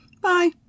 Bye